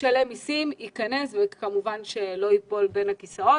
משלם מסים ייכנס וכמובן שלא ייפול בין הכיסאות.